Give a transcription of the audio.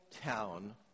town